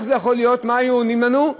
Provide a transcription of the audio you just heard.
מה היו עונים לנו?